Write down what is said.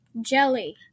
Jelly